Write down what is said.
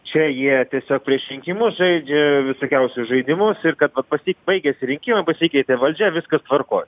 čia jie tiesiog prieš rinkimus žaidžia visokiausius žaidimus ir kad vat pasi baigėsi rinkimai pasikeitė valdžia viskas tvarkoj